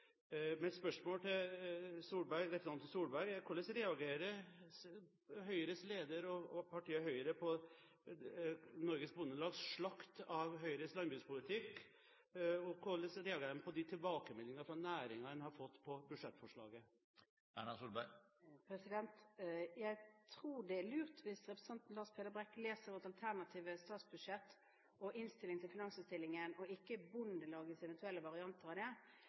Mitt spørsmål til representanten Solberg er: Hvordan reagerer Høyres leder og partiet Høyre på Norges Bondelags slakt av Høyres landbrukspolitikk, og hvordan reagerer en på de tilbakemeldingene fra næringen en har fått på budsjettforslaget? Jeg tror det er lurt hvis representanten Lars Peder Brekk leser vårt alternative statsbudsjett og merknadene i finansinnstillingen og ikke Bondelagets eventuelle varianter av det.